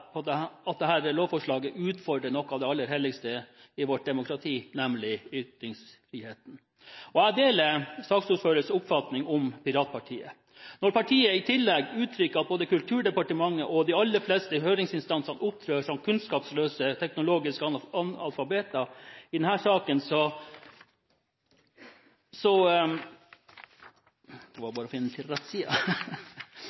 aller helligste i våre demokrati, nemlig ytringsfriheten, og jeg deler saksordførers oppfatning om Piratpartiet. Når partiet i tillegg uttrykker at både Kulturdepartementet og de aller fleste høringsinstanser opptrer som kunnskapsløse, teknologiske analfabeter i denne saken, sier vel det